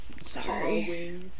Sorry